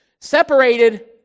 Separated